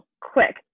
Quick